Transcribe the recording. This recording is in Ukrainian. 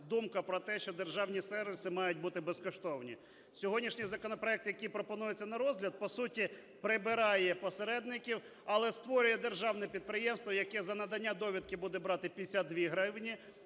думка про те, що державні сервіси мають бути безкоштовні. Сьогоднішній законопроект, який пропонується на розгляд, по суті прибирає посередників, але створює державне підприємство, яке за надання довідки буде брати 52 гривні.